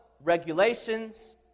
regulations